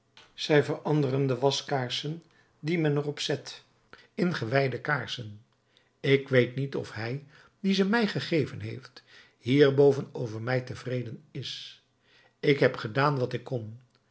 zij veranderen de waskaarsen die men er op zet in gewijde kaarsen ik weet niet of hij die ze mij gegeven heeft hierboven over mij tevreden is ik heb gedaan wat ik kon